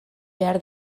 behar